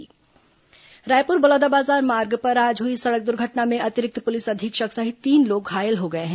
दुर्घटना रायपुर बलौदाबाजार मार्ग पर आज हुई सड़क दुर्घटना में अतिरिक्त पुलिस अधीक्षक सहित तीन लोग घायल हो गए हैं